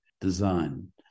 design